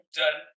done